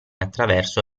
attraverso